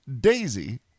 daisy